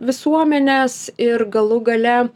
visuomenės ir galų gale